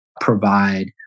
provide